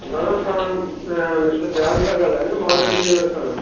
दादा तव्हां मिस्टर दयाल था ॻाल्हायो न मोडन टेलर सां